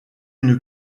une